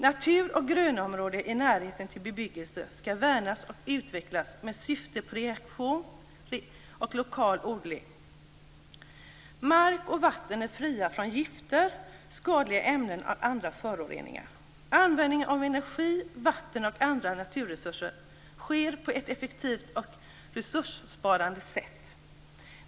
Natur och grönområden i närheten till bebyggelse skall värnas och utvecklas med syfte på rekreation och lokal odling. - Mark och vatten är fria från gifter, skadliga ämnen och andra föroreningar. - Användning av energi, vatten och andra naturresurser sker på ett effektivt och resurssparande sätt.